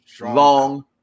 long